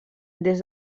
des